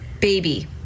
Baby